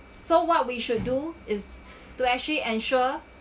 so what we should do is to actually ensure